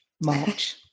March